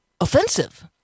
offensive